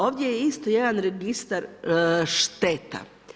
Ovdje je isto jedan registar šteta.